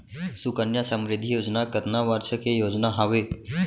सुकन्या समृद्धि योजना कतना वर्ष के योजना हावे?